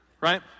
Right